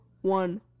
one